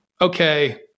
okay